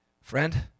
Friend